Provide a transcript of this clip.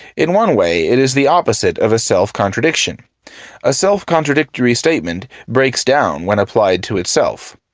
in one way, it is the opposite of a self-contradiction a self-contradictory statement breaks down when applied to itself.